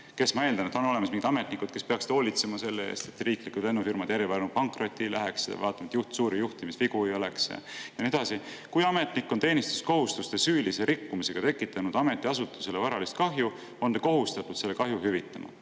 – ma eeldan, et on olemas mingid ametnikud, kes peaksid hoolitsema selle eest, et riiklikud lennufirmad järjepanu pankrotti ei läheks, ja vaatama, et suuri juhtimisvigu ei oleks ja nii edasi – on teenistuskohustuste süülise rikkumisega tekitanud ametiasutusele varalist kahju, on ta kohustatud selle kahju hüvitama.